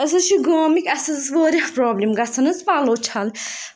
أسۍ حظ چھِ گامٕکۍ اَسہِ حظ ٲس واریاہ پرٛابلِم گژھان حظ پَلو چھَل